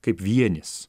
kaip vienis